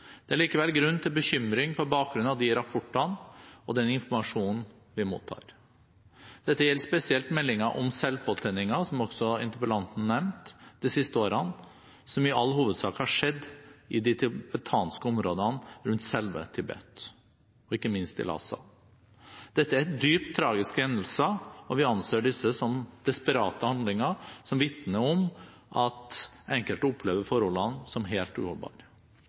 Det er likevel grunn til bekymring på bakgrunn av de rapportene og den informasjonen vi mottar. Dette gjelder spesielt meldinger om selvpåtenninger – som også interpellanten nevnte – de siste årene, som i all hovedsak har skjedd i de tibetanske områdene rundt selve Tibet, og ikke minst i Lhasa. Dette er dypt tragiske hendelser, og vi anser disse som desperate handlinger som vitner om at enkelte opplever forholdene som helt